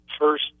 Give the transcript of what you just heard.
first